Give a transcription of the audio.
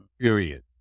Period